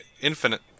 infinite